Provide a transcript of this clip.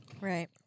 Right